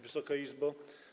Wysoka Izbo!